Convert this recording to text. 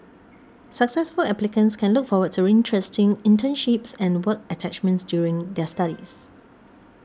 successful applicants can look forward to interesting internships and work attachments during their studies